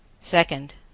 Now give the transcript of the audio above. Second